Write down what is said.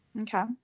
Okay